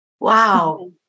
Wow